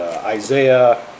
Isaiah